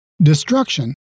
destruction